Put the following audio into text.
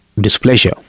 displeasure